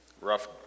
rough